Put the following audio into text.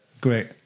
great